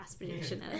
aspirational